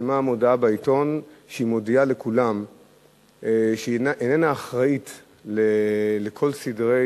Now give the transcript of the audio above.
פרסמה מודעה בעיתון שהיא מודיעה לכולם שהיא איננה אחראית לכל ההסדרים,